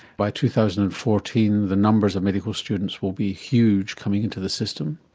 by two thousand and fourteen the numbers of medical students will be huge coming into the system,